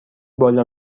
بالا